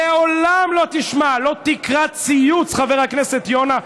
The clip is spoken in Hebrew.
לעולם לא תשמע, לא תקרא ציוץ, חבר הכנסת יונה.